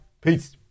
Peace